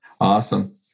Awesome